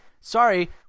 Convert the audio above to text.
sorry